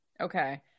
Okay